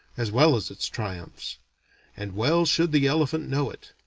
as well as its triumphs and well should the elephant know it.